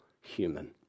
human